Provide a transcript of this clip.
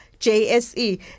JSE